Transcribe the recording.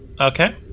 Okay